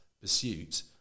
pursuit